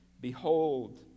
Behold